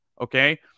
Okay